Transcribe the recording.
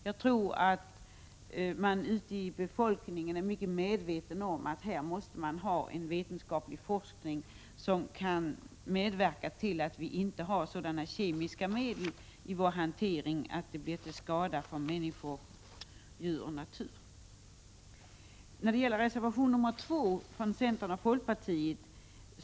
Jag tror att befolkningen i vårt land är medveten om att vi här måste ha en vetenskaplig forskning som medverkar till att vi undviker kemiska medel som är till skada för människor, djur och natur. Så till reservation 2 från centern och folkpartiet.